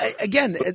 again